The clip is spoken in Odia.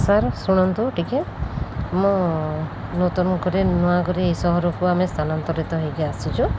ସାର୍ ଶୁଣନ୍ତୁ ଟିକିଏ ମୁଁ ନୂତନ କରି ନୂଆ କରି ଏହି ସହରକୁ ଆମେ ସ୍ଥାନାନ୍ତରିତ ହୋଇକି ଆସିଛୁ